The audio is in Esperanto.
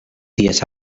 ties